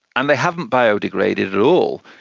and they haven't biodegraded at all.